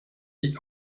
vie